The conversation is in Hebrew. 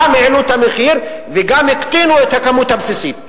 גם העלו את המחיר וגם הקטינו את הכמות הבסיסית.